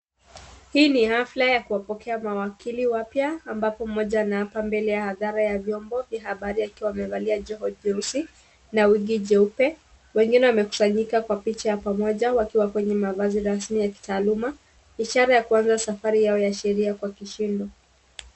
Hii ni hafla ya kuwapokea mawakili wapya , ambapo mmoja ana apa mbele ya hadhara ya viombo vya habari akiwa amevalia joho jeusi na wigi jeupe ,wengine wamekusanyika kwa picha ya pamoja wakiwa kwenye mavazi rasmi ya kitaaluma ishara ya kuanza safari yao sheria kwa kishindo.